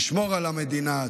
תשמור על המדינה,